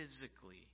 physically